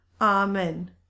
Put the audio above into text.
Amen